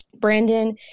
Brandon